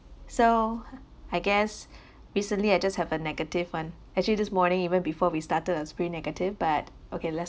so I guess recently I just have a negative one actually this morning even before we started is pretty negative but okay let's